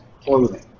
clothing